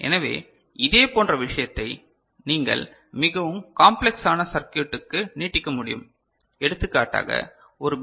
எனவே இதேபோன்ற விஷயத்தை நீங்கள் மிகவும் காம்ப்ளெக்ஸ் ஆன சர்க்யுட்க்கு நீட்டிக்க முடியும் எடுத்துக்காட்டாக ஒரு பி